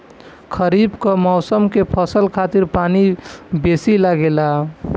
खरीफ कअ मौसम के फसल खातिर पानी बेसी लागेला